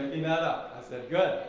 and that up. i said, good.